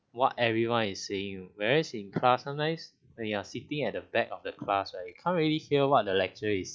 what everyone is saying whereas in class sometimes when you are sitting at the back of the class right you can't really hear what the lecturer is